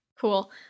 Cool